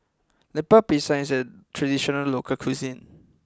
Lemper Pisang is a traditional local cuisine